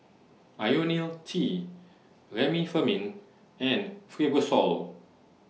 Ionil T Remifemin and Fibrosol